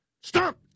Stop